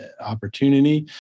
opportunity